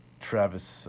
Travis